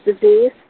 disease